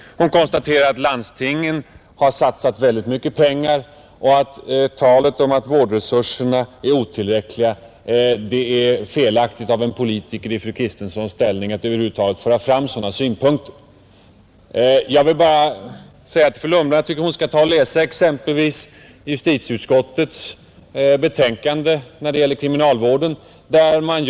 Hon konstaterar att landstingen satsat mycket pengar. Talet om otillräckliga vårdresurser är felaktigt av en politiker i fru Kristenssons ställning; det är felaktigt att över huvud taget föra fram sådana synpunkter. Jag vill bara säga till fru Lundblad att jag tycker hon skall läsa t.ex. justitieutskottets betänkande när det gäller kriminalvården.